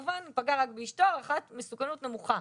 לכן המסוכנות נמוכה,